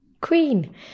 queen